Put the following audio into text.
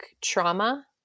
trauma